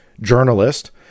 journalist